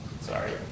Sorry